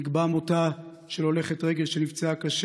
נקבע מותה של הולכת רגל שנפצעה קשה